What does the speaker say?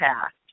past